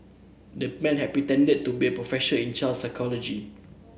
the man had pretended to be a professor in child psychology